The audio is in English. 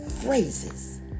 phrases